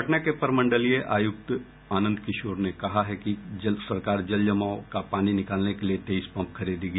पटना के प्रमंडलीय आयुक्त आनंद किशोर ने कहा है कि सरकार जल जमाव का पानी निकालने के लिए तेईस पम्प खरीदेगी